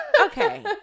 Okay